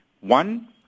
one